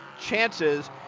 chances